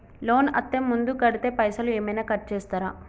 Loan అత్తే ముందే కడితే పైసలు ఏమైనా కట్ చేస్తరా?